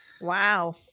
Wow